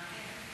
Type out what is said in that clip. מאה אחוז,